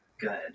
Good